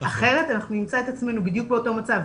אחרת נמצא את עצמנו בדיוק באותו מצב.